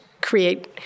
create